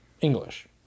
English